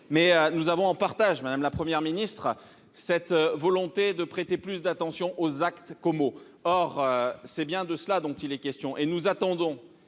Nous avons en partage, madame la Première ministre, cette volonté de prêter plus d'attention aux actes qu'aux mots. C'est bien de cela qu'il s'agit et nous attendons